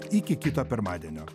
iki kito pirmadienio